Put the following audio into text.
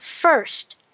First